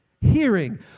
Hearing